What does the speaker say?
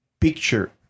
picture